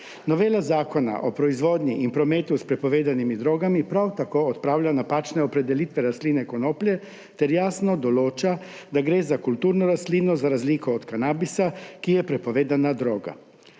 Novela Zakona o proizvodnji in prometu s prepovedanimi drogami prav tako odpravlja napačne opredelitve rastline konoplja ter jasno določa, da gre za kulturno rastlino, za razliko od kanabisa, ki je prepovedna droga.